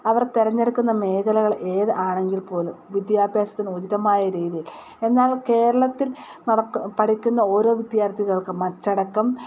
അവർ തിരഞ്ഞെടുക്കുന്ന മേഖലകൾ ഏത് ആണെങ്കിൽപോലും വിദ്യാഭ്യാസത്തിനു ഉചിതമായ രീതിയിൽ എന്നാൽ കേരളത്തിൽ പഠിക്കുന്ന ഓരോ വിദ്യാർത്ഥികൾക്കും അച്ചടക്കം